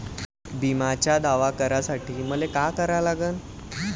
बिम्याचा दावा करा साठी मले का करा लागन?